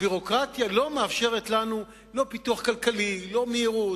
הביורוקרטיה לא מאפשרת לנו לא פיתוח כלכלי ולא מהירות.